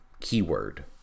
keyword